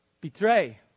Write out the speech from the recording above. Betray